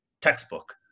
textbook